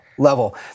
Level